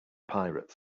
pirate